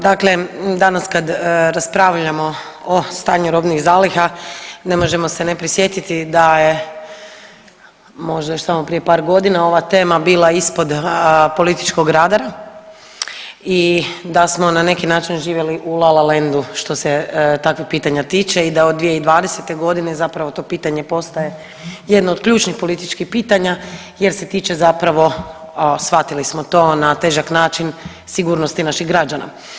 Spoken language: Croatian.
Dakle, danas kad raspravljamo o stanju robnih zaliha ne možemo se ne prisjetiti da je možda još samo prije par godina ova tema bila ispod političkog radara i da smo na neki način živjeli u Lalalandu što se takvog pitanja tiče i da od 2020.g. zapravo to pitanje postaje jedno od ključnih političkih pitanja jer se tiče zapravo, shvatili smo to na težak način, sigurnosti naših građana.